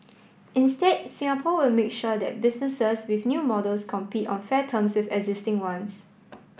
instead Singapore will make sure that businesses with new models compete on fair terms with existing ones